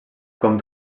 com